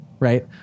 Right